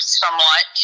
somewhat